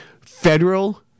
federal